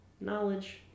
Knowledge